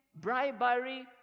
bribery